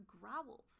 growls